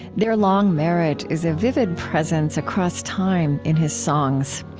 their long marriage is a vivid presence, across time, in his songs.